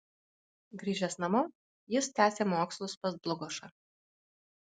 grįžęs namo jis tęsė mokslus pas dlugošą